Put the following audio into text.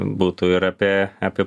būtų ir apie apie